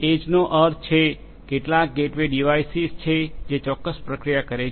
એજનો અર્થ છે કેટલાક ગેટવે ડિવાઇસ છે જે ચોક્કસ પ્રક્રિયા કરે છે